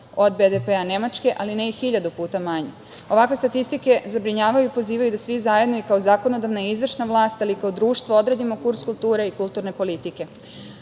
od BDP Nemačke, ali ne i hiljadu puta manji. Ovakve statistike zabrinjavaju i pozivaju da svi zajedno kao zakonodavna i izvršna vlast, ali i kao društvo odredimo kurs kulture i kulturne politike.U